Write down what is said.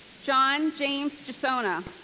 john james gisonna.